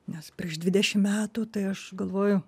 nes prieš dvidešim metų tai aš galvoju